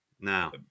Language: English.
now